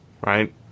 right